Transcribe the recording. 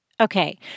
Okay